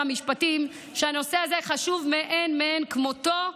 המשפטים שהנושא הזה חשוב מאין כמותו,